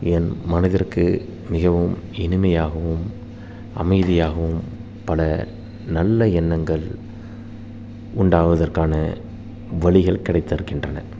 என் மனதிற்கு மிகவும் இனிமையாகவும் அமைதியாகவும் பல நல்ல எண்ணங்கள் உண்டாவதற்கான வழிகள் கிடைத்திருக்கின்றன